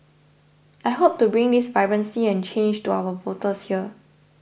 I hope to bring this vibrancy and change to our voters here